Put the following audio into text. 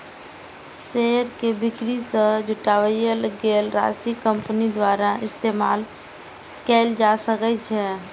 share के बिक्री सं जुटायल गेल राशि कंपनी द्वारा इस्तेमाल कैल जा सकै छै